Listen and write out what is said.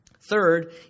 Third